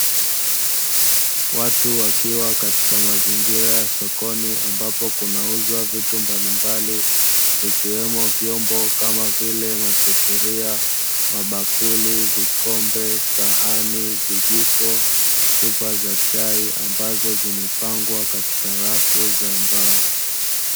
Watu wakiwa katika mazingira ya sokoni ambapo kunauzwa vitu mbalimbali vikiwemo vyombo kama vile masufuria, mabakuli, vikombe, sahani, vijiko, chupa za chai ambazo zimepangwa katika rafu za mbao.